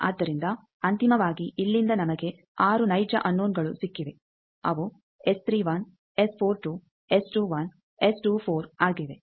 ಆದ್ದರಿಂದ ಅಂತಿಮವಾಗಿ ಇಲ್ಲಿಂದ ನಮಗೆ 6 ನೈಜ ಅನ್ನೋನಗಳು ಸಿಕ್ಕಿವೆ ಅವು ಆಗಿವೆ